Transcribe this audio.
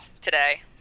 Today